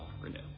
Renew